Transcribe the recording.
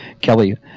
Kelly